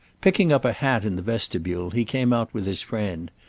picking up a hat in the vestibule he came out with his friend,